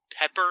Pepper